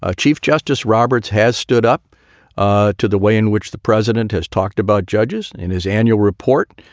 ah chief justice roberts has stood up ah to the way in which the president has talked about judges in his annual report.